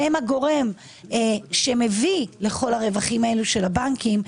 שהם הגורם שמביא לכל הרווחים הללו של הבנקים,